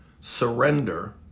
surrender